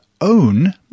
own